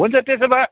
हुन्छ त्येसो भए